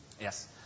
Yes